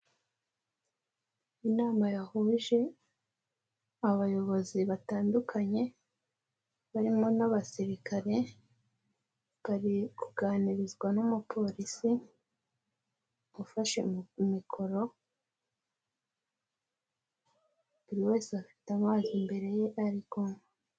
Inama yahuje abayobozi batandukanye barimo n'abasirikare bari kuganirizwa n'umupolisi ufashe mu mikoro buri wese afite amazi imbere ye ari kunywa.